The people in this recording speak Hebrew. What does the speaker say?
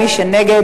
מי שבעד,